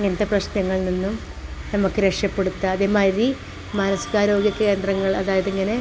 ഇങ്ങനത്തെ പ്രശ്നങ്ങളിൽ നിന്നും നമുക്ക് രക്ഷപ്പെടുത്താം അതേമാതിരി മാനസികാരോഗ്യ കേന്ദ്രങ്ങൾ അതായത് ഇങ്ങനെ